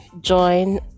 join